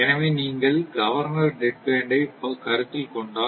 எனவே நீங்கள் governor dead band ஐ கருத்தில் கொண்டால்